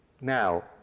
Now